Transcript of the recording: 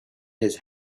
his